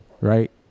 Right